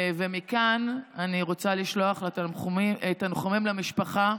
ומכאן אני רוצה לשלוח תנחומים למשפחה.